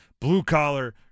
blue-collar